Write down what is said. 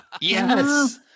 Yes